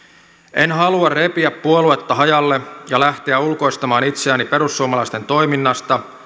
en halua repiä puoluetta hajalle ja lähteä ulkoistamaan itseäni perussuomalaisten toiminnasta